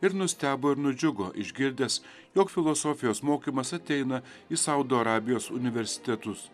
ir nustebo ir nudžiugo išgirdęs jog filosofijos mokymas ateina į saudo arabijos universitetus